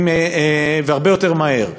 והרבה יותר מהר,